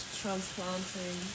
transplanting